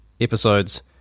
episodes